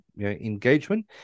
engagement